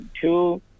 two